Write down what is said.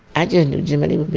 i just knew jimmie lee would be